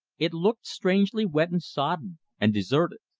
it looked strangely wet and sodden and deserted.